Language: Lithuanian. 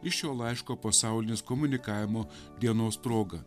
iš šio laiško pasaulinės komunikavimo dienos proga